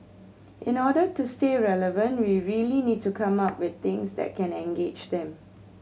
in order to stay relevant we really need to come up with things that can engage them